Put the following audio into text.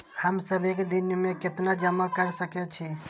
हम सब एक दिन में केतना जमा कर सके छी?